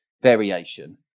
variation